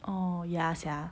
orh ya sia